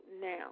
now